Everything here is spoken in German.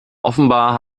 offenbar